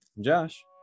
Josh